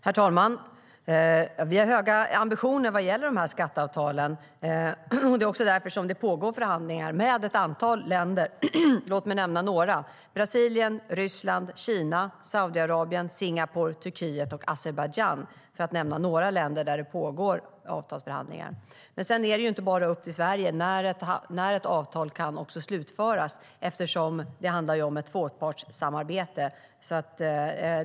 Herr talman! Vi har höga ambitioner vad gäller de här skatteavtalen. Det är också därför det pågår förhandlingar med ett antal länder. Låt mig nämna några: Brasilien, Ryssland, Kina, Saudiarabien, Singapore, Turkiet och Azerbajdzjan är länder där det pågår avtalsförhandlingar. Men att slutföra ett avtal är ju inte bara upp till Sverige eftersom det handlar om ett tvåpartssamarbete.